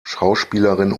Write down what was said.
schauspielerin